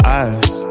eyes